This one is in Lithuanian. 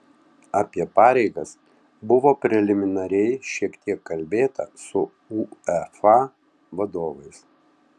apie pareigas buvo preliminariai šiek tiek kalbėta su uefa vadovais